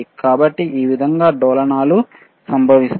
కాబట్టి ఈ విధంగా డోలనాలు సంభవిస్తాయి